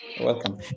Welcome